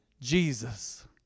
Jesus